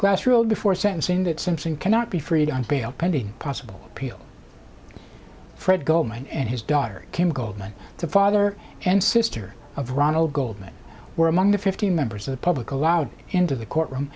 glass rule before sentencing that simpson cannot be freed on bail pending possible fred goldman and his daughter kim goldman the father and sister of ronald goldman were among the fifteen members of the public allowed into the courtroom